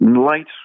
light